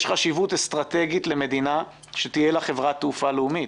יש חשיבות אסטרטגית למדינה שתהיה לה חברת תעופה לאומית.